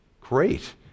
Great